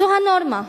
זו הנורמה,